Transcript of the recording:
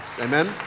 Amen